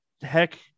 heck